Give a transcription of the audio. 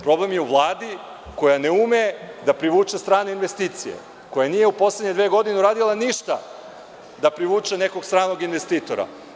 Problem je u Vladi koja ne ume da privuče strane investicije, koja nije u poslednje dve godine uradila ništa da privuče nekog stranog investitora.